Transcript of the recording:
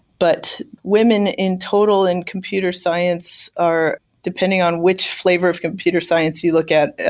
but women in total in computer science are depending on which flavor of computer science you look at,